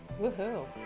Woohoo